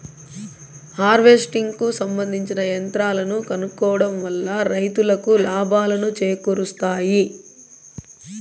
harvesting కు సంబందించిన యంత్రాలను కొనుక్కోవడం వల్ల రైతులకు లాభాలను చేకూరుస్తాయి